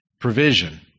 provision